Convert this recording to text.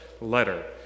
letter